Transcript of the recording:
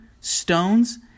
stones